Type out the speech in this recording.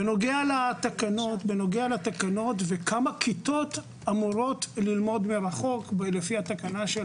בנוגע לתקנות וכמה כיתות אמורות ללמוד מרחוק לפי התקנה של